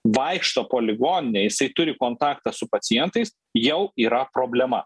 vaikšto po ligoninę jisai turi kontaktą su pacientais jau yra problema